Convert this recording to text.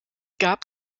gab